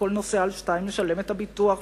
וכל נוסע על שתיים ישלם את הביטוח,